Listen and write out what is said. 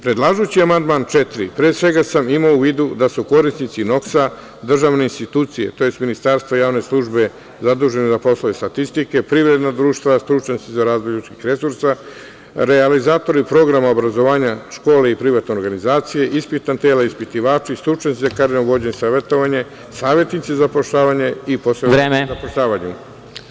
Predlažući amandman 4. pre svega sam imamo u vidu da su korisnici NOKS državne institucije, tj. ministarstvo i javne službe zadužene za poslove statistike, privrednog društva, stručnjaci za razvoj ljudskih resursa, realizatori programa obrazovanja, škole i privatne organizacije, ispitna tela, ispitivači, stručnjaci za … savetovanje, savetnici za zapošljavanje i … u zapošljavanju.